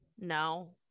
No